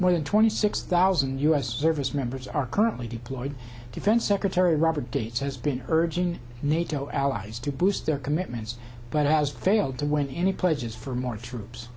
more than twenty six thousand u s service members are currently deployed defense secretary robert gates has been urging nato allies to boost their commitments but has failed to win any pledges for more troops